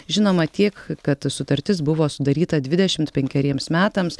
žinoma tiek kad sutartis buvo sudaryta dvidešimt penkeriems metams